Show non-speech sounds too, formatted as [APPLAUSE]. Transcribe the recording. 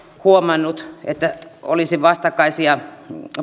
huomannut että [UNINTELLIGIBLE] [UNINTELLIGIBLE] olisi vastakkaisia